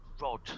rod